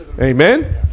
Amen